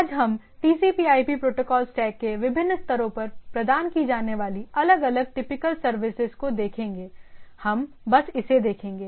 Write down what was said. आज हम TCP IP TCPIP protocol stack के विभिन्न स्तरों पर प्रदान की जाने वाली अलग अलग टिपिकल सर्विसेज को देखेंगे हम बस इसे देखेंगे